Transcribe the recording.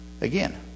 again